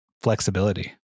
flexibility